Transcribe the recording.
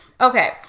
Okay